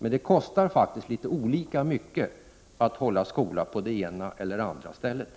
Det kostar faktiskt olika mycket att hålla skola i de olika kommunerna.